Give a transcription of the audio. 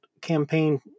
campaign